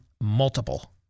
multiple